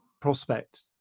prospect